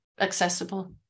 accessible